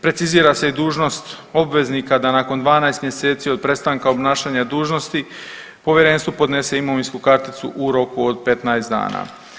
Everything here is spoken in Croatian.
Precizira se i dužnost obveznika da nakon 12 mjeseci od prestanka obnašanja dužnosti povjerenstvu podnese imovinsku karticu u roku od 15 dana.